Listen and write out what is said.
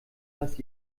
dass